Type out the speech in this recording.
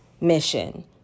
mission